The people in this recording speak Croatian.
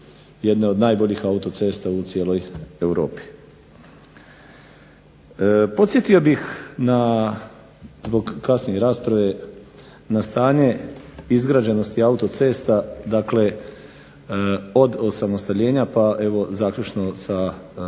jedne od najboljih autocesta u cijeloj Europi. Podsjetio bih na zbog kasnije rasprave na stanje izgrađenosti autocesta dakle od osamostaljenja do zaključno 2010.